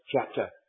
chapter